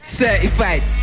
certified